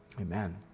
Amen